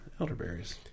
elderberries